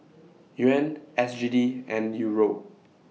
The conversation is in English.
Yuan S G D and Euro